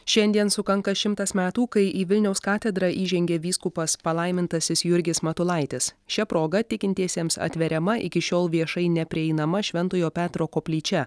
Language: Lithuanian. šiandien sukanka šimtas metų kai į vilniaus katedrą įžengė vyskupas palaimintasis jurgis matulaitis šia proga tikintiesiems atveriama iki šiol viešai neprieinama šventojo petro koplyčia